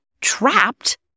trapped